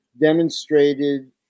demonstrated